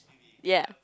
ya